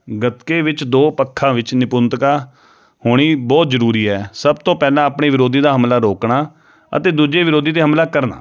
ਗਤਕੇ ਵਿੱਚ ਦੋ ਪੱਖਾਂ ਵਿੱਚ ਨਿਪੁੰਤਕਾਂ ਹੋਣੀ ਬਹੁਤ ਜ਼ਰੂਰੀ ਹੈ ਸਭ ਤੋਂ ਪਹਿਲਾਂ ਆਪਣੇ ਵਿਰੋਧੀ ਦਾ ਹਮਲਾ ਰੋਕਣਾ ਅਤੇ ਦੂਜੇ ਵਿਰੋਧੀ 'ਤੇ ਹਮਲਾ ਕਰਨਾ